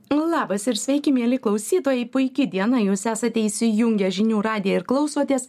labas ir sveiki mieli klausytojai puiki diena jūs esate įsijungę žinių radiją ir klausotės